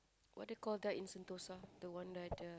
what they call that in Sentosa the one that the